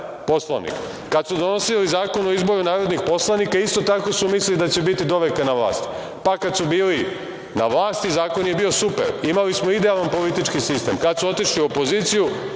Poslovnik. Kad su donosili Zakon o izboru narodnih poslanika, isto tako su mislili da će biti doveka na vlasti. Pa, kad su bili na vlasti Zakon je bio super, imali smo idealan politički sistem. Kad su otišli u opoziciju